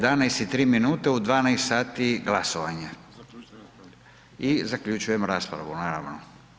11,03 minute u 12,00 glasovanje i zaključujem raspravu naravno.